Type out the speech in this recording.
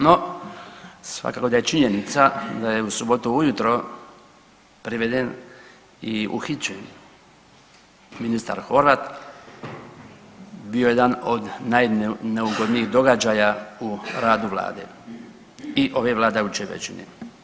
No, svakako da je činjenica da je u subotu ujutro priveden i uhićen ministar Horvat bio jedan od najneugodnijih događaja u radu vlade i ove vladajuće većine.